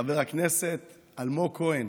חבר הכנסת אלמוג כהן,